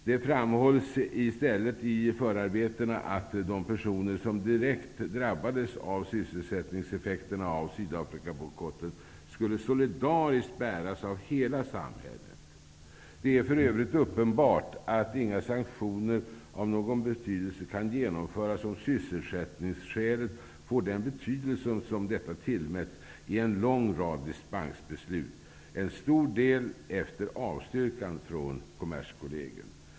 Det framhölls i stället i förarbetena att svårigheterna för de personer som direkt drabbades av sysselsättningseffekterna av Sydafrikabojkotten skulle solidariskt bäras av hela samhället. Det är för övrigt uppenbart att inga sanktioner av någon betydelse kan genomföras, om sysselsättningsskälet får den betydelse som detta tillmätts i en lång rad dispensbeslut, en stor del efter avstyrkan från Kommerskollegium.